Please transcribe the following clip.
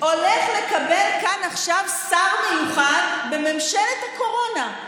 הולך לקבל כאן עכשיו שר מיוחד בממשלת הקורונה.